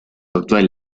actual